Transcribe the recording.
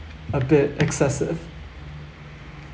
a bit excessive